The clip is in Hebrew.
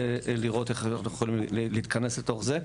לראות איך אנחנו יכולים להתכנס לתוך זה.